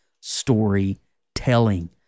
storytelling